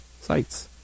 sites